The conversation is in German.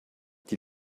die